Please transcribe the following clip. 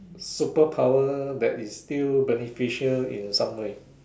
super power that is still beneficial in some way